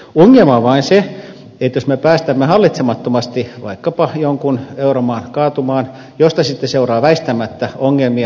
ongelma on vain se että jos me päästämme hallitsemattomasti vaikkapa jonkun euromaan kaatumaan siitä sitten seuraa väistämättä ongelmia